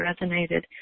resonated